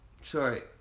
Sorry